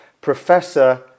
Professor